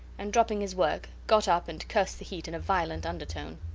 and dropping his work got up and cursed the heat in a violent undertone.